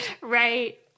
Right